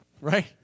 Right